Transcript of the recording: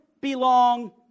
belong